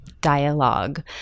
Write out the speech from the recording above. dialogue